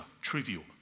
trivial